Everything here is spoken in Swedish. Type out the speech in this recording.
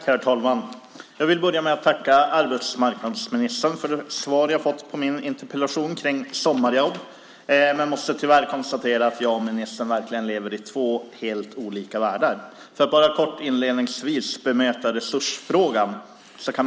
Herr talman! Jag vill börja med att tacka arbetsmarknadsministern för det svar jag fått på min interpellation om sommarjobb. Jag måste tyvärr konstatera att jag och ministern lever i två helt olika världar. Jag ska kort inledningsvis bemöta vad som han sade om resursfrågan.